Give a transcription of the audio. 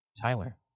Tyler